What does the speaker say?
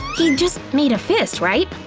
he just made a fist, right?